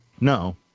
No